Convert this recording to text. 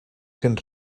cent